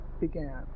began